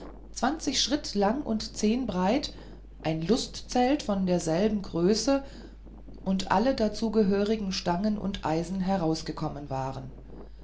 zwanzig schritte lang und zehn breit ein lustzelt von derselben größe und alle dazu gehörigen stangen und eisen herausgekommen waren